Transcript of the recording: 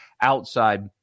outside